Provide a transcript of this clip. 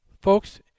folks